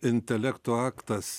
intelekto aktas